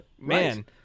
Man